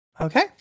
Okay